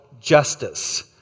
Justice